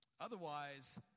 Otherwise